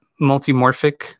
multimorphic